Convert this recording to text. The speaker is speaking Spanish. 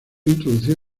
introducida